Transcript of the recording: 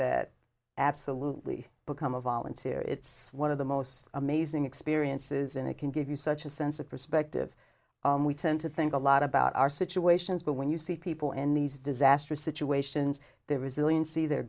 that absolutely become a volunteer it's one of the most amazing experiences and it can give you such a sense of perspective we tend to think a lot about our situations but when you see people in these disastrous situations their resilience see the